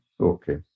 Okay